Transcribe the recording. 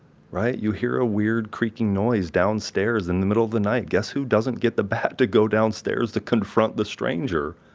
right? you hear a weird creaking noise downstairs in the middle of the night, guess who doesn't get the bat to go downstairs to confront the stranger?